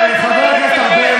חברי הכנסת,